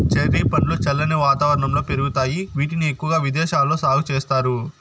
cherry పండ్లు చల్లని వాతావరణంలో పెరుగుతాయి, వీటిని ఎక్కువగా విదేశాలలో సాగు చేస్తారు